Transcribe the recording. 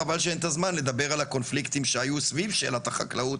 חבל שאין זמן לדבר על הקונפליקטים שהיו סביב שאלת החקלאות,